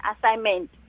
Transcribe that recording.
assignment